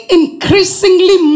increasingly